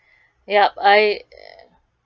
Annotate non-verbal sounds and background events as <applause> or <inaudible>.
<breath> yup I